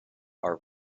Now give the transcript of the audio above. are